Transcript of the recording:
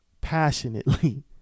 passionately